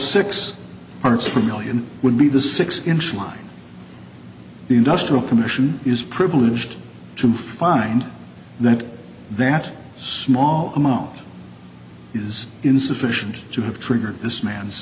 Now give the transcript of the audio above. six parts per million would be the six inch line the industrial commission is privileged to find that that small amount is insufficient to have triggered this man's